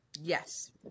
Yes